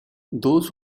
those